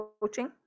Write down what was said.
coaching